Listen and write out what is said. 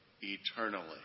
eternally